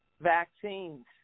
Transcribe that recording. vaccines